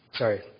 Sorry